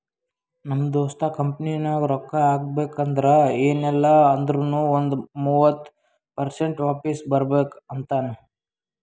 ನಮ್ ದೋಸ್ತ ಕಂಪನಿನಾಗ್ ರೊಕ್ಕಾ ಹಾಕಬೇಕ್ ಅಂದುರ್ ಎನ್ ಇಲ್ಲ ಅಂದೂರ್ನು ಒಂದ್ ಮೂವತ್ತ ಪರ್ಸೆಂಟ್ರೆ ವಾಪಿಸ್ ಬರ್ಬೇಕ ಅಂತಾನ್